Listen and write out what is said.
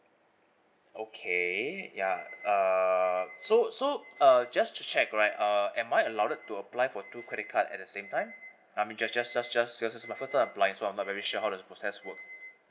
okay ya uh so so uh just to check right uh am I allowed to apply for two credit card at the same time I'm just just just just just just because I'm applying from actually so how the process work